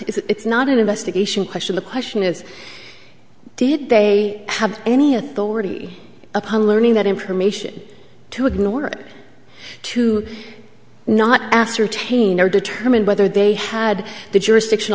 it's not an investigation question the question is did they have any authority upon learning that information to ignore or to not ascertain or determine whether they had the jurisdiction